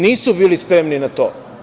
Nisu bili spremni na to.